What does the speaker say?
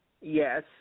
Yes